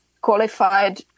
qualified